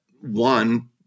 one